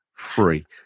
free